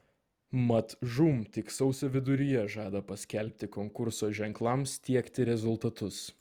mat žūm tik sausio viduryje žada paskelbti konkurso ženklams tiekti rezultatus